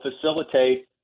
facilitate